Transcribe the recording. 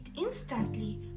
instantly